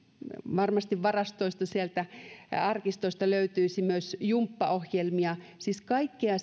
varmasti varastoista sieltä arkistoista löytyisi myös jumppaohjelmia siis kaikkea